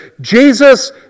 Jesus